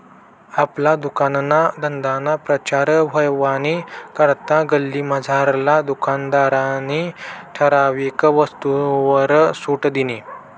आपला दुकानना धंदाना प्रचार व्हवानी करता गल्लीमझारला दुकानदारनी ठराविक वस्तूसवर सुट दिनी